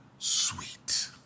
Sweet